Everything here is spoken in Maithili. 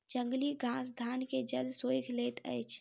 जंगली घास धान के जल सोइख लैत अछि